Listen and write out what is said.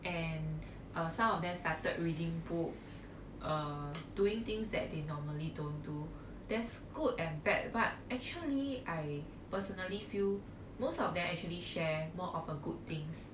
and some of them started reading books uh doing things that they normally don't do there's good and bad but actually I personally feel most of them actually share more of a good things